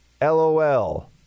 LOL